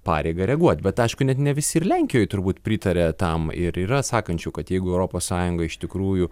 pareigą reaguot bet aišku net ne visi ir lenkijoj turbūt pritaria tam ir yra sakančių kad jeigu europos sąjunga iš tikrųjų